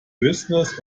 business